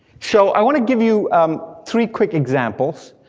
so i wanna give you um three quick examples,